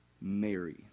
Mary